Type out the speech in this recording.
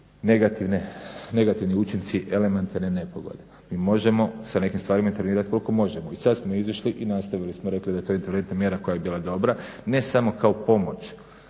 negativni učinci elementarne nepogode. Mi možemo sa nekim stvarima intervenirat koliko možemo. I sastavili smo izvještaj i nastavili smo i rekli da je to interventna mjera koja je bila dobra, ne samo kao pomoć